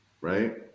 right